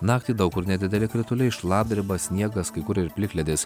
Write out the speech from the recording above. naktį daug kur nedideli krituliai šlapdriba sniegas kai kur ir plikledis